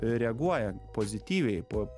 reaguoja pozityviai po